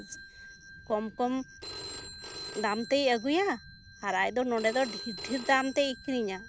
ᱢᱚᱡᱽ ᱠᱚᱢ ᱠᱚᱢ ᱫᱟᱢ ᱛᱮᱭ ᱟᱹᱜᱩᱭᱟ ᱟᱨ ᱟᱡ ᱫᱚ ᱱᱚᱰᱮ ᱫᱚ ᱰᱷᱤᱨ ᱰᱷᱤᱨ ᱫᱟᱢ ᱛᱮᱭ ᱟᱠᱷᱨᱤᱧᱟ